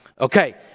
Okay